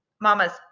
mama's